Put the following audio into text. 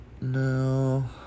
No